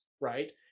right